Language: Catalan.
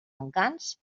encants